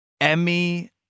Emmy